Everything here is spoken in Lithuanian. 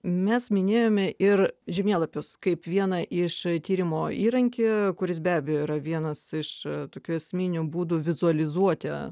mes minėjome ir žemėlapius kaip vieną iš tyrimo įrankį kuris be abejo yra vienas iš tokių esminių būdų vizualizuoti